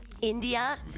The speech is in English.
India